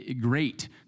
great